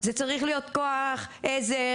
זה צריך להיות כוח עזר,